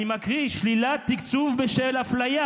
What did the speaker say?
אני מקריא: שלילת תקצוב בשל אפליה.